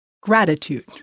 Gratitude